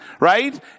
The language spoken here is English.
Right